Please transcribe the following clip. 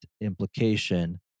implication